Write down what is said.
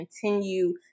continue